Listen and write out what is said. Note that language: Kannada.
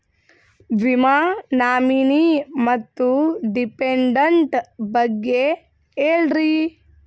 ವಿಮಾ ನಾಮಿನಿ ಮತ್ತು ಡಿಪೆಂಡಂಟ ಬಗ್ಗೆ ಹೇಳರಿ?